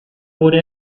wurde